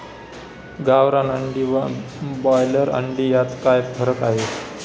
गावरान अंडी व ब्रॉयलर अंडी यात काय फरक आहे?